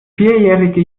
vierjährige